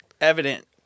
evident